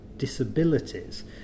disabilities